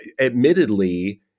admittedly